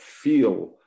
feel